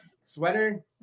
sweater